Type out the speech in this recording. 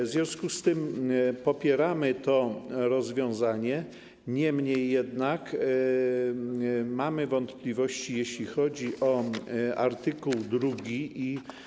W związku z tym popieramy to rozwiązanie, niemniej jednak mamy wątpliwości, jeśli chodzi o art. 2.